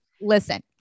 listen